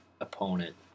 opponent